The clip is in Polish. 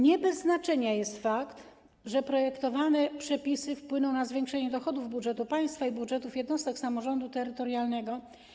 Nie bez znaczenia jest fakt, że projektowane przepisy wpłyną na zwiększenie dochodów budżetu państwa i budżetów jednostek samorządu terytorialnego.